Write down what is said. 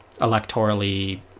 electorally